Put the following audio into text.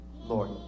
Lord